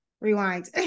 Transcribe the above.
Rewind